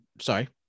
Sorry